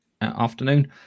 afternoon